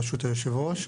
בראשות היו"ר,